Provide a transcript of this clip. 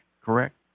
Correct